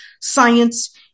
science